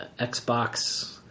Xbox